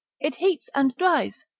it heats and dries,